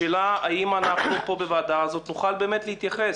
השאלה האם אנחנו פה בוועדה הזאת נוכל באמת להתייחס